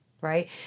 right